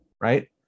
right